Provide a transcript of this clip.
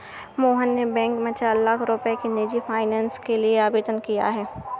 मोहन ने बैंक में चार लाख रुपए की निजी फ़ाइनेंस के लिए आवेदन किया है